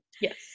Yes